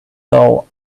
dough